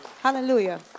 Hallelujah